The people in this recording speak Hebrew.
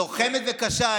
לוחמת וקשה,